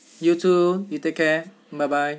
you too you take care bye bye